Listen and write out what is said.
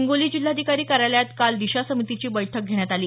हिंगोली जिल्हाधिकारी कार्यालयात काल दिशा समितीची बैठक घेण्यात आली